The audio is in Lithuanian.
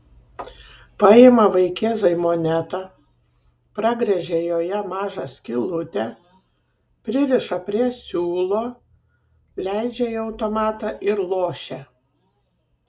paima vaikėzai monetą pragręžia joje mažą skylutę pririša prie siūlo leidžia į automatą ir lošia